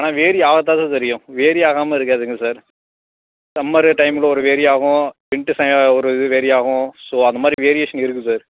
ஆனால் வேரி ஆகத்தான் சார் தெரியும் வேரி ஆகாமல் இருக்காதுங்க சார் சம்மரு டைமில் ஒரு வேரி ஆகும் விண்ட்டு சமயம் ஒரு இது வேரி ஆகும் ஸோ அது மாதிரி வேரியேஷன் இருக்குது சார்